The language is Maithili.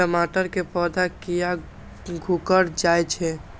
टमाटर के पौधा किया घुकर जायछे?